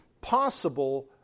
possible